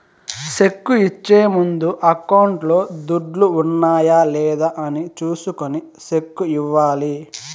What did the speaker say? cheque ఇచ్చే ముందు అకౌంట్లో దుడ్లు ఉన్నాయా లేదా అని చూసుకొని సెక్కు ఇవ్వాలి